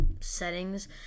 settings